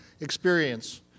experience